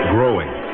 Growing